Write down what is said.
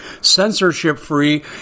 censorship-free